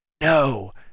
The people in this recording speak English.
No